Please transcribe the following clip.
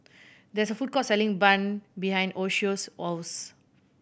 there is a food court selling bun behind Yoshio's house